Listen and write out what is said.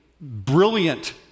brilliant